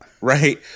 right